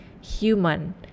human